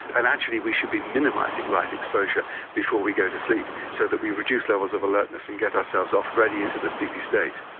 and actually we should be minimising light exposure before we go to sleep so that we reduce levels of alertness and get ourselves off ready into the sleepy state.